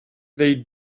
they